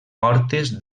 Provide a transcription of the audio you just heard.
portes